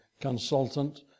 consultant